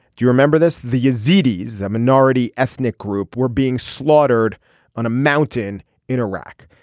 you remember this the yazidis the minority ethnic group were being slaughtered on a mountain in iraq.